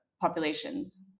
populations